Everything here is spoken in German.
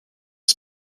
das